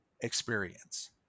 experience